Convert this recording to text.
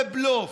זה בלוף.